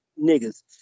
niggas